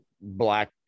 black